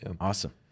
Awesome